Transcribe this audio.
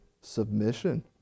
submission